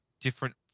different